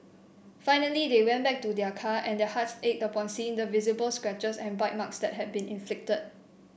finally they went back to their car and their hearts ached upon seeing the visible scratches and bite marks that had been inflicted